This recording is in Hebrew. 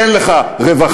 אין לך רווחה,